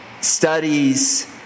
studies